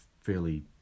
fairly